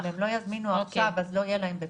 אם הם לא יזמינו עכשיו אז לא יהיה להם בפסח.